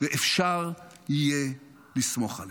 ואפשר יהיה לסמוך עליה.